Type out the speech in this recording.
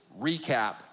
recap